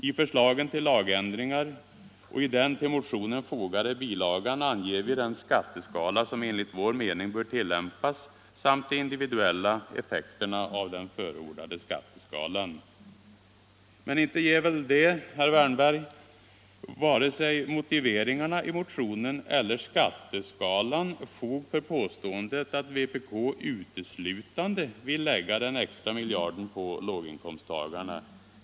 I förslagen till lagändringar och i den till motionen fogade bilagan anger vi den skatteskala som enligt vår mening bör tilllämpas samt de individuella effekterna av den förordade skatteskalan.” Inte ger väl, herr Wärnberg, vare sig motiveringarna i motionen eller skatteskalan fog för påståendet att vpk uteslutande vill lägga den extra miljarden på låginkomsttagarna?